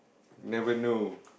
never know